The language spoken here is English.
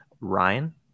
Ryan